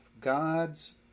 God's